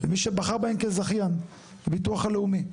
למי שבחר בהן כזכיין, הביטוח הלאומי.